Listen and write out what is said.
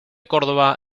córdova